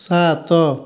ସାତ